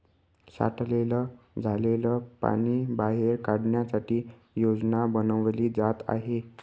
साठलेलं झालेल पाणी बाहेर काढण्यासाठी योजना बनवली जात आहे